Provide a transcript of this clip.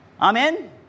Amen